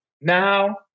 Now